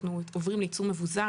אנחנו עוברים לייצור מבוזר.